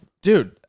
Dude